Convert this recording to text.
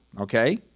okay